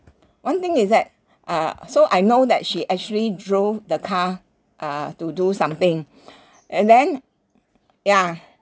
one thing is that uh so I know that she actually drove the car uh to do something and then ya